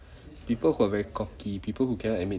people who are very cocky people who cannot admit